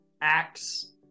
acts